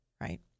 right